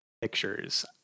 pictures